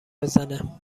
بزنه